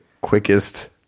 quickest